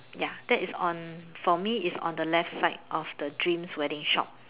ya that is on for me is on the left side of the dreams wedding shop